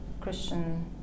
Christian